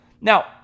Now